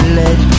let